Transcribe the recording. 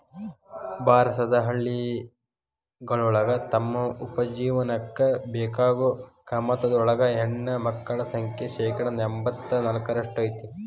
ಭಾರತದ ಹಳ್ಳಿಗಳೊಳಗ ತಮ್ಮ ಉಪಜೇವನಕ್ಕ ಬೇಕಾಗೋ ಕಮತದೊಳಗ ಹೆಣ್ಣಮಕ್ಕಳ ಸಂಖ್ಯೆ ಶೇಕಡಾ ಎಂಬತ್ ನಾಲ್ಕರಷ್ಟ್ ಐತಿ